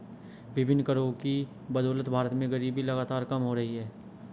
विभिन्न करों की बदौलत भारत में गरीबी लगातार कम हो रही है